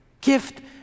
gift